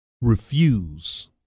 Refuse